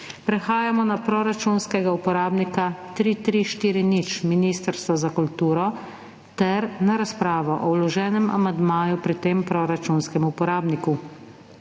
Prehajamo na proračunskega uporabnika 3340 Ministrstvo za kulturo ter na razpravo o vloženem amandmaju pri tem proračunskem uporabniku.